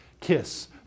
kiss